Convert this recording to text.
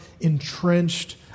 entrenched